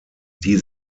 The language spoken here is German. die